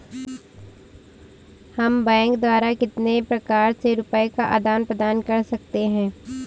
हम बैंक द्वारा कितने प्रकार से रुपये का आदान प्रदान कर सकते हैं?